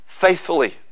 faithfully